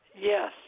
Yes